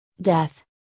death